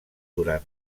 durant